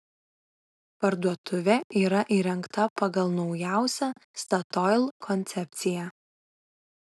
parduotuvė yra įrengta pagal naujausią statoil koncepciją